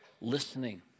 listening